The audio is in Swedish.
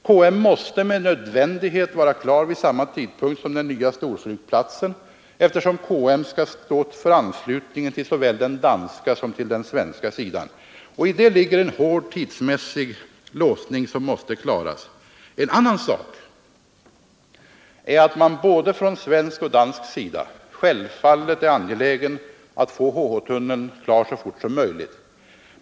KM-leden måste med nödvändighet vara klar vid samma tidpunkt som den nya storflygplatsen, eftersom den skall stå för anslutningen till såväl den danska som den svenska sidan. I det ligger en hård tidsmässig låsning, som måste klaras. En annan sak är att man från både svensk och dansk sida självfallet är angelägen att få HH-tunneln klar så fort som möjligt.